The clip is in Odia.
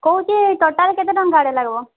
କହୁଛି ଟୋଟାଲ୍ କେତେ ଟଙ୍କା ଆଡ଼େ ଲାଗିବ